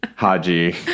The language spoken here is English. Haji